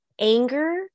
anger